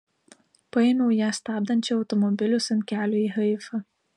paėmiau ją stabdančią automobilius ant kelio į haifą